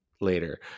later